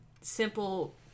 simple